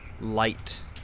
light